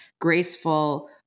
graceful